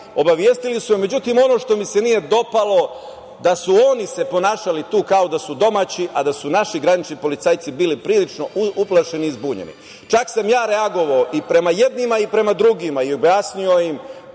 obavestili su me. Međutim, ono što mi se nije dopalo jeste da su se oni tu ponašali kao da su domaći, a da su naši granični policajci bili prilično uplašeni i zbunjeni. Čak sam ja reagovao i prema jednima i prema drugima i objasnio im